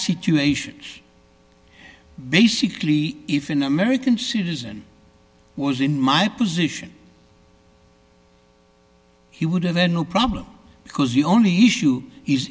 situations basically if an american citizen was in my position he would have then no problem because the only issue